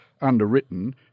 underwritten